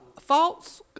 false